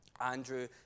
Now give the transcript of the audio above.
Andrew